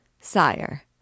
Sire